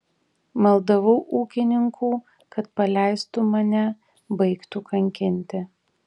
maldavau ūkininkų kad paleistų mane baigtų kankinti